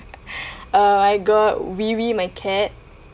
uh I got wiwi my cat